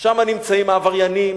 שמה נמצאים העבריינים,